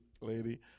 lady